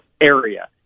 area